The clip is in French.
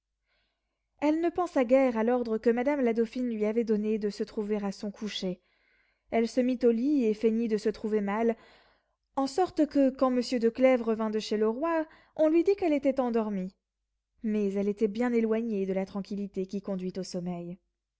elle ne pensa guère à l'ordre que madame la dauphine lui avait donné de se trouver à son coucher elle se mit au lit et feignit de se trouver mal en sorte que quand monsieur de clèves revint de chez le roi on lui dit qu'elle était endormie mais elle était bien éloignée de la tranquillité qui conduit au sommeil